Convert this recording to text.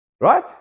Right